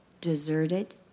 deserted